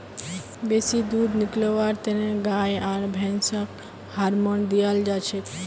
बेसी दूध निकलव्वार तने गाय आर भैंसक हार्मोन दियाल जाछेक